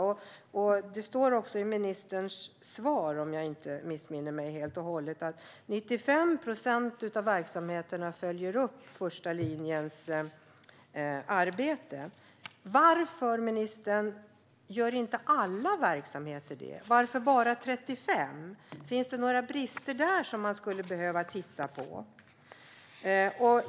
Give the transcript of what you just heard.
Ministern säger också i sitt svar, om jag inte missminner mig helt och hållet, att 95 procent av verksamheterna följer upp första linjens arbete. Varför, ministern, gör inte alla verksamheter det? Varför bara 35 verksamheter? Finns det några brister där som man skulle behöva titta på?